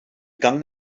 gang